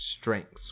strengths